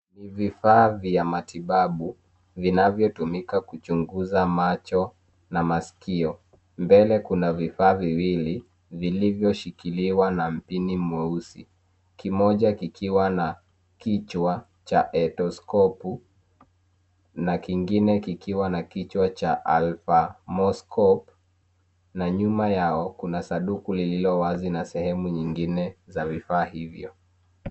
Ni vifaa vya matibabu vinavyotumika kuchunguza macho na masikio ,mbele kuna vifaa viwili vilivyoshikiliwa na mpini mweusi kimoja kikiwa na kichwa cha endoscopu na kingine kikiwa na kichwa cha alfamoscope na nyuma yao kuna sanduku lililo wazi na sehemu nyingine za vifaa hivyo.